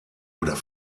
oder